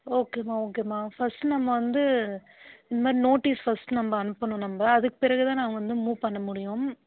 ஓகேம்மா ஓகேம்மா ஃபஸ்ட் நம்ம வந்து இந்த மாதிரி நோட்டீஸ் ஃபஸ்ட் நம்ம அனுப்பனும் நம்ம அதுக்குப் பிறகு தான் அவங்க வந்து மூவ் பண்ண முடியும்